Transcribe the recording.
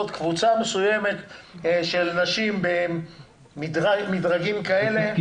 קבוצה מסוימת של נשים במדרגים כאלה ואחרים.